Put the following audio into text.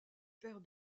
père